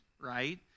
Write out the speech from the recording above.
right